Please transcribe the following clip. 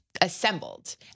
assembled